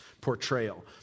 portrayal